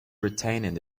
retained